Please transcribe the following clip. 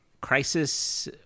Crisis